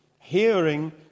Hearing